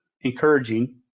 encouraging